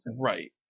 Right